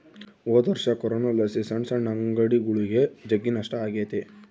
ಹೊದೊರ್ಷ ಕೊರೋನಲಾಸಿ ಸಣ್ ಸಣ್ ಅಂಗಡಿಗುಳಿಗೆ ಜಗ್ಗಿ ನಷ್ಟ ಆಗೆತೆ